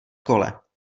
kole